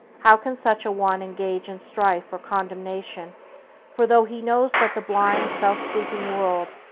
how can such a one engage in strife or condemnation for though he knows that the blind, self-seeking world,